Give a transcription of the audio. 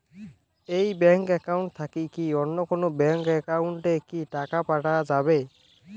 এই bank account থাকি কি অন্য কোনো ব্যাংক একাউন্ট এ কি টাকা পাঠা যাবে?